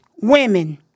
women